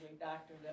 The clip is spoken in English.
doctor